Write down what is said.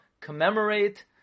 commemorate